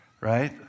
Right